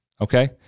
okay